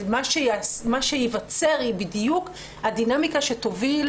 מה שייווצר הוא בדיוק הדינמיקה שתוביל